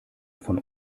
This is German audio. von